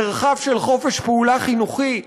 מרחב של חופש פעולה חינוכי.